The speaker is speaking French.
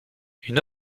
une